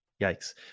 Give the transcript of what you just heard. yikes